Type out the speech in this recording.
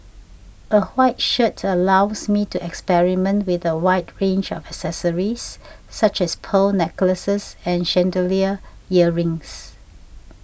a white shirt allows me to experiment with a wide range of accessories such as pearl necklaces and chandelier earrings